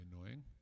annoying